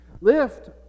Lift